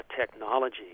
technology